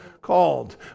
Called